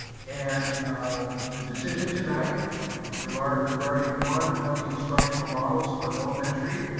and the decision tonight regarding regarding one of the instructional models for elementary